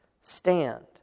stand